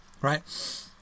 right